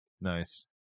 Nice